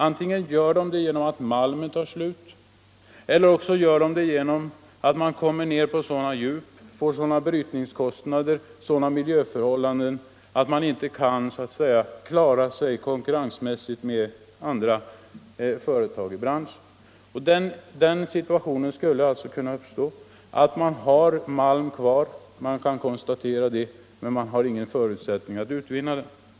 Antingen gör de det därför att malmen tar slut eller också därför att man kommer ner på sådana djup, får sådana brytningskostnader och sådana miljöförhållanden att man int2 kan klara sig konkurrensmässigt mot andra företag i branschen. Den situationen skulle alltså kunna uppstå att man kan konstatera att det finns malm kvar men att man saknar förutsättningar att utvinna den. Herr talman!